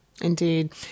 Indeed